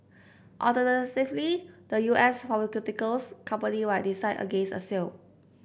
alternatively the U S pharmaceuticals company might decide against a sale